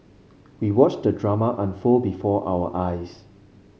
we watched the drama unfold before our eyes